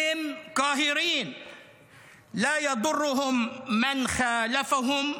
להלן תרגומם:)